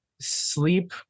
sleep